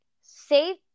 save